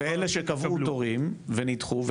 ואלה שקבעו תורים ונדחו?